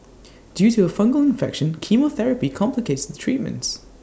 due to her fungal infection chemotherapy complicates the treatments